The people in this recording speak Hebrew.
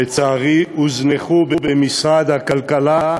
לצערי הוזנחו במשרד הכלכלה.